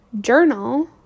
journal